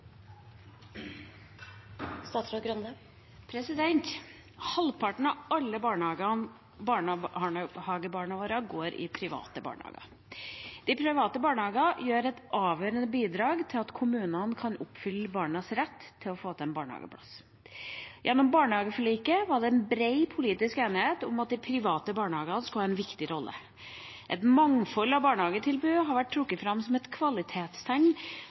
Halvparten av alle barnehagebarna våre går i private barnehager. De private barnehagene gir et avgjørende bidrag til at kommunene kan oppfylle barnas rett til å få en barnehageplass. Gjennom barnehageforliket var det bred politisk enighet om at de private barnehagene skulle ha en viktig rolle. Et mangfoldig barnehagetilbud har vært trukket fram som et kvalitetstegn